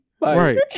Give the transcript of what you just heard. right